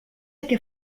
què